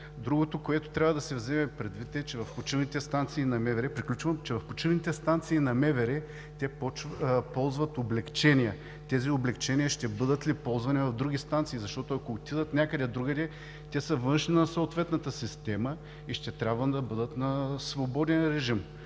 Другото, което трябва да се вземе предвид, е, че в почивните станции на МВР (председателят дава сигнал, че времето е изтекло), приключвам, те ползват облекчения. Тези облекчения ще бъдат ли ползвани в други станции, защото, ако отидат някъде другаде, те са външни на съответната система и ще трябва да бъдат на свободен режим?